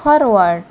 forward